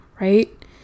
right